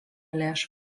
lėšų